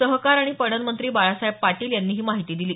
सहकार आणि पणन मंत्री बाळासाहेब पाटील यांनी ही माहिती दिली